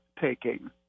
taking